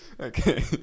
okay